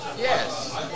Yes